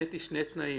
התניתי שני תנאים,